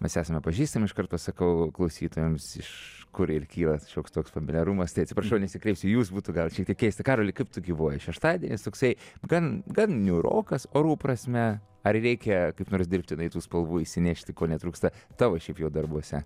mes esame pažįstami iškart pasakau klausytojams iš kur ir kyla šioks toks familiarumas tai atsiprašau nesikreipsiu jūs būtų gal šiek tiek keista karoli kaip tu gyvuoji šeštadienis toksai gan gan niūrokas orų prasme ar reikia kaip nors dirbtinai tų spalvų įsinešti ko netrūksta tavo šiaip jau darbuose